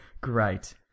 Great